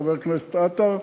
חבר הכנסת עטר.